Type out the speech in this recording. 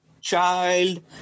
child